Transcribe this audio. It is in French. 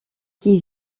qui